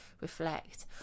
reflect